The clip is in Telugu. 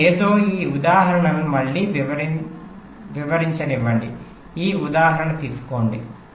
ఇది ఏదో ఈ ఉదాహరణను మళ్ళీ వివరించనివ్వండి ఈ ఉదాహరణ తీసుకోండి